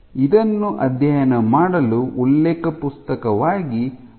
ಇದನ್ನು ಅಧ್ಯಯನ ಮಾಡಲು ಉಲ್ಲೇಖ ಪುಸ್ತಕವಾಗಿ ಬಳಸಬಹುದು